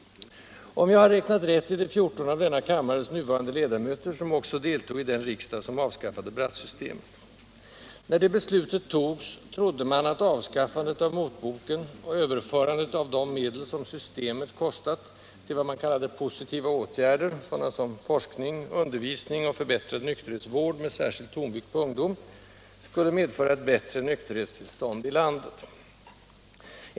Om jag har räknat rätt var det 14 av denna kammarés nuvarande !edamöter som också deltog i den riksdag som avskaffade Brattsystemet. När detta beslut togs, trodde man att avskaffandet av motboken och överförandet av de medel som systemet kostat till ”positiva åtgärder”, sådana som forskning, undervisning och förbättrad nykterhetsvård med särskild tonvikt på ungdom, skulle medföra ett bättre nykterhetstillstånd i landet.